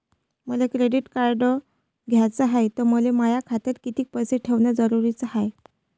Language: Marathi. मले क्रेडिट कार्ड घ्याचं हाय, त मले माया खात्यात कितीक पैसे ठेवणं जरुरीच हाय?